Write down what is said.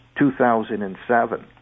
2007